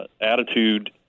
Attitude